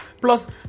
Plus